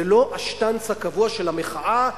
זה לא השטנץ הקבוע של המחאה,